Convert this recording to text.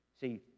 See